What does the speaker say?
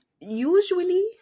usually